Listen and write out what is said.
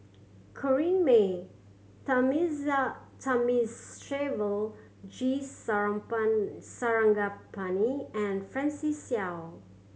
Corrinne May Thamizhavel G Sarangapani and Francis Seow